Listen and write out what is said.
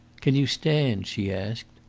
can you stand? she asked.